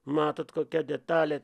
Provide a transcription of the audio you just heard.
matot kokia detalė